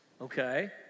Okay